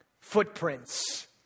Footprints